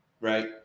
right